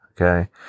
okay